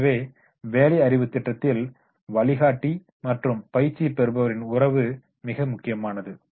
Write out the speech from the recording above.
எனவே வேலை அறிவு திட்டத்தில் வழிகாட்டி மற்றும் பயிற்சி பெறுபவரின் உறவு மிக முக்கியமானது